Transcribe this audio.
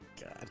God